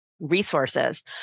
resources